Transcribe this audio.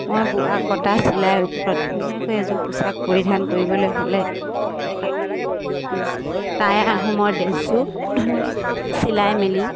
মই বোৱা কটা চিলাই ওপৰত ধুনীয়াকৈ এযোৰ পোছাক পৰিধান কৰিবলৈ হ'লে তাই আহোমৰ ড্ৰেছযোৰ ধুনীয়াকা চিলাই মেলি